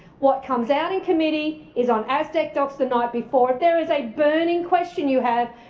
what comes out in committee is on asdeqdocs the night before. if there is a burning question you have,